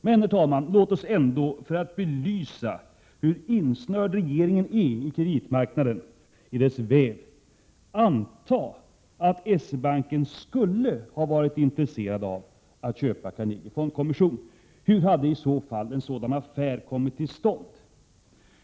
Men, herr talman, låt oss ändå för att belysa hur insnörd regeringen är i kreditmarknadens väv anta att S-E-Banken skulle ha varit intresserad av att köpa Carnegie Fondkommission. Hur hade i så fall en sådan affär kommit till stånd?